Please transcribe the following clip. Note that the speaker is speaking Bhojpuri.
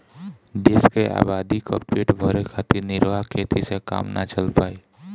देश के आबादी क पेट भरे खातिर निर्वाह खेती से काम ना चल पाई